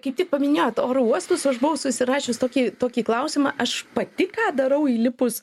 kaip tik paminėjot oro uostus aš buvau susirašius tokį tokį klausimą aš pati ką darau įlipus